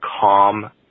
calm